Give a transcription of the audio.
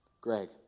Greg